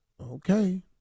Okay